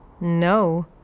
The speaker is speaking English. No